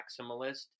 maximalist